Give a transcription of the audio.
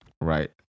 right